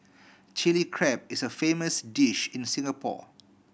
Chilli Crab is a famous dish in Singapore